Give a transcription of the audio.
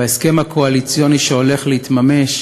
בהסכם הקואליציוני שהולך להתממש